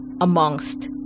amongst